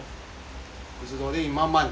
五十多 then 你慢慢